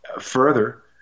Further